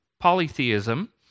polytheism